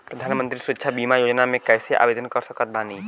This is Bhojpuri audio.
प्रधानमंत्री सुरक्षा बीमा योजना मे कैसे आवेदन कर सकत बानी?